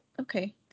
Okay